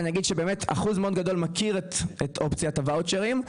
אחוז מאוד גדול מכיר את אופציית הוואוצ'רים.